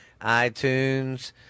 iTunes